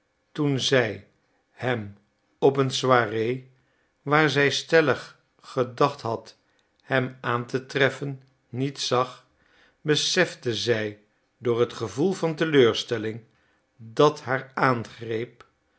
toen zij hem op een soirée waar zij stellig gedacht had hem aan te treffen niet zag besefte zij door het gevoel van teleurstelling dat haar aangreep